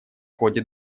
ходе